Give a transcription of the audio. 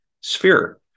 sphere